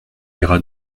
iras